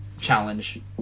challenge